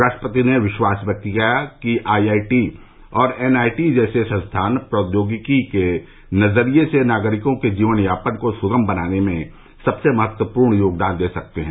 राष्ट्रपति ने विश्वास व्यक्त किया कि आई आई टी और एन आई टी जैसे संस्थान प्रौद्योगिकी के नजरिए से नागरिकों के जीवनयापन को सुगम बनाने में सबसे महत्वपूर्ण योगदान दे सकते हैं